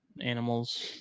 animals